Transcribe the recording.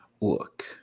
Look